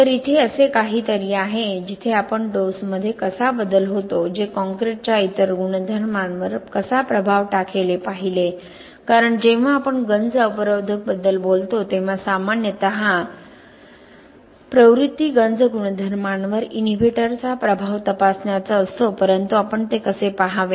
तर इथे असे काहीतरी आहे जिथे आपण डोसमध्ये कसा बदल होतो जे कॉंक्रिटच्या इतर गुणधर्मांवर कसा प्रभाव टाकेल हे पाहिले कारण जेव्हा आपण गंज अवरोधक बद्दल बोलतो तेव्हा सामान्यतः प्रवृत्ती गंज गुणधर्मांवर इनहिबिटरचा प्रभाव तपासण्याचा असतो परंतु आपण ते कसे पहावे